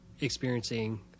experiencing